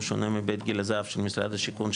שונה מבית גיל הזהב של משרד השיכון,